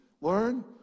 learn